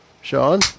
Sean